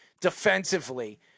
defensively